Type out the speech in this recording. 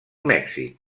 mèxic